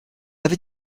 avait